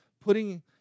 putting